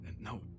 No